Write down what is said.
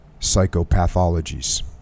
psychopathologies